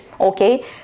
Okay